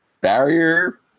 barrier